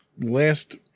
last